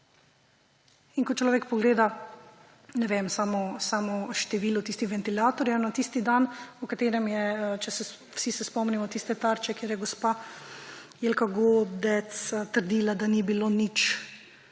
In ko človek pogleda samo število tistih ventilatorjev na tisti dan, vsi se spomnimo tiste Tarče, kjer je gospa Jelka Godec trdila, da ni bilo nič